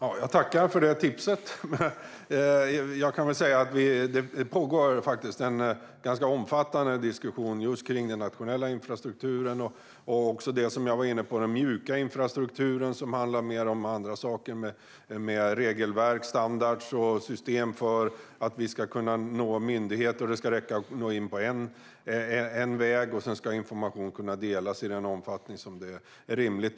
Herr talman! Jag tackar för detta tips. Det pågår faktiskt en ganska omfattande diskussion om just den nationella infrastrukturen och också om den mjuka infrastrukturen, som jag var inne på. Det handlar mer om regelverk, standarder och system för att vi ska kunna nå myndigheter. Det ska räcka att gå in en väg, och sedan ska information kunna delas i den omfattning som är rimligt.